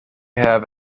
have